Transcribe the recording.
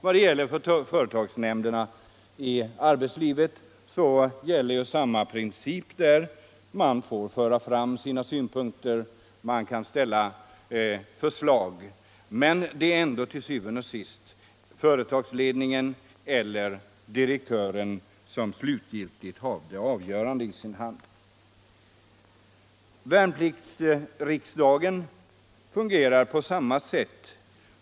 Beträffande företagsnämnderna i arbetslivet gäller samma principer. Värnpliktsriksdagen fungerar på samma sätt.